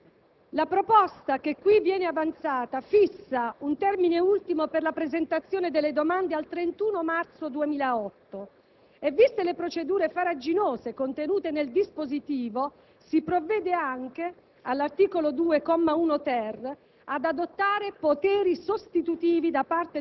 La proposta che viene avanzata fissa un termine ultimo per la presentazione delle domande al 31 marzo 2008 e, viste le procedure farraginose contenute nel dispositivo, si provvede anche, all'articolo 2, comma 1-*ter*, ad adottare poteri sostitutivi da parte del